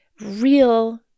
real